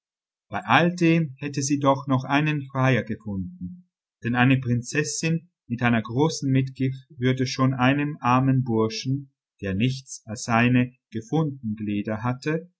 bei alledem hätte sie doch noch einen freier gefunden denn eine prinzessin mit einer großen mitgift würde schon einem armen burschen der nichts als seine gefunden glieder hatte